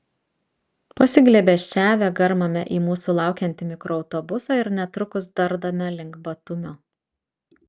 pasiglėbesčiavę garmame į mūsų laukiantį mikroautobusą ir netrukus dardame link batumio